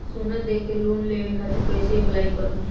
सोना देके लोन लेवे खातिर कैसे अप्लाई करम?